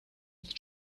with